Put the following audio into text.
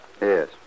Yes